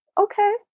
okay